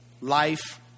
Life